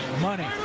Money